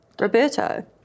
Roberto